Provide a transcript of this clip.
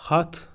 ہَتھ